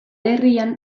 herrian